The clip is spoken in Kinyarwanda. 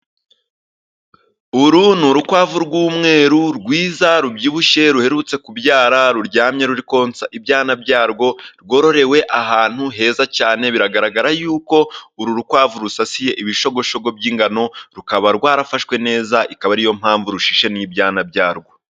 Uru ni urukwavu rw'umweru rwiza rubyibushye, ruherutse kubyara ruryamye ruri konsa ibyana byarwo, rwororewe ahantu heza cyane, biragaragara yuko uru rukwavu rusasiye ibishogoshogo by'ingano, rukaba rwarafashwe neza bikaba ari yo mpamvu rushishe n'ibyana byarwo.